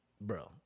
Bro